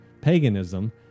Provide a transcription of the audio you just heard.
paganism